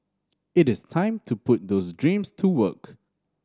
it is time to put those dreams to work